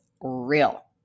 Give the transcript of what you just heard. real